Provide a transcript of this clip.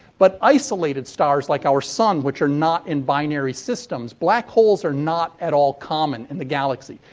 but isolated stars like our sun, which are not in binary systems black holes are not at all common in the galaxy.